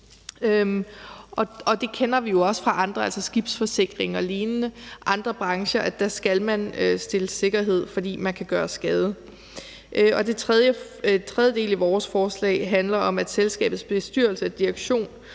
f.eks. i form af skibsforsikringer og lignende, hvor man skal stille sikkerhed, fordi man kan gøre skade. Den tredje del af vores forslag handler om, at selskabets bestyrelse, direktion